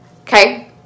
Okay